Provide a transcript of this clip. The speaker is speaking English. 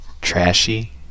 trashy